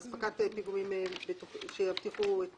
אספקת פיגומים שיבטיחו את